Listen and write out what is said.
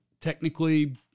technically